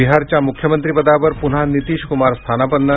बिहारच्या मुख्यमंत्री पदावर पुन्हा नीतिश कुमार स्थानापन्न